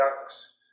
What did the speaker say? ducks